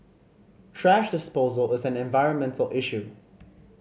thrash disposal is an environmental issue